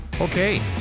Okay